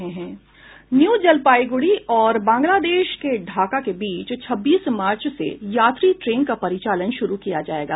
new Jalpaiguri और बांग्लादेश के ढ़ाका के बीच छब्बीस मार्च से यात्री ट्रेन का परिचालन शुरू किया जायेगा